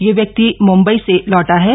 यह व्यक्ति म्ंबई से लौटा हा